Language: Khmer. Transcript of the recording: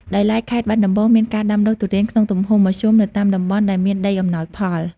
ដោយឡែកខេត្តបាត់ដំបង មានការដាំដុះទុរេនក្នុងទំហំមធ្យមនៅតាមតំបន់ដែលមានដីអំណោយផល។